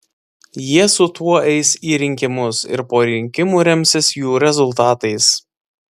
jie su tuo eis į rinkimus ir po rinkimų remsis jų rezultatais